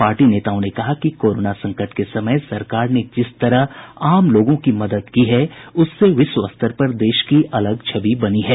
party नेताओं ने कहा कि कोरोना संकट के समय सरकार ने जिस तरह आम लोगों की मदद की है उससे विश्व स्तर पर देश की अलग छवि बनी है